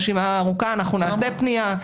נעשה פנייה,